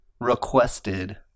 requested